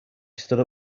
stood